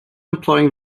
employing